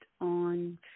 on